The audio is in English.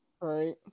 right